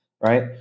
right